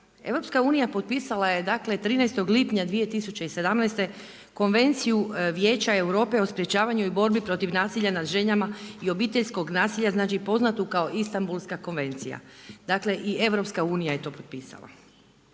EU potpisala je dakle 13. lipnja 2017. Konvenciju Vijeća Europe o sprečavanju i borbi protiv nasilja nad ženama i obiteljskog nasilja, znači poznatu kao Istanbulska konvencija. Dakle, i EU je to potpisala.